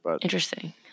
Interesting